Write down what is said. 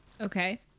Okay